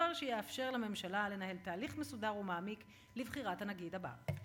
דבר שיאפשר לממשלה לנהל תהליך מסודר ומעמיק לבחירת הנגיד הבא.